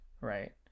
right